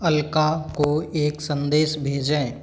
अल्का को एक संदेश भेजें